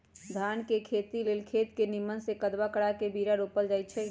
धान के खेती लेल खेत के निम्मन से कदबा करबा के बीरा रोपल जाई छइ